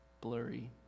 blurry